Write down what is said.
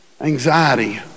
anxiety